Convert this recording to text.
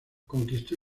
conquistó